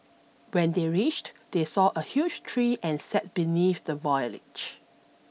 when they reached they saw a huge tree and sat beneath the foliage